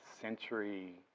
century